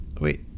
Wait